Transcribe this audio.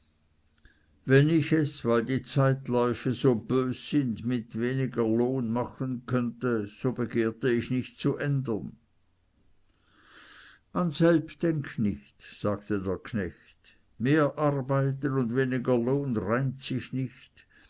wenn ich es weil die zeitläufe bös sind mit weniger lohn machen könnte so begehrte ich nicht zu ändern an selb denk nicht sagte der knecht mehr arbeiten und weniger lohn reimt sich nicht